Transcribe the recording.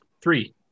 Three